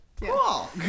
Cool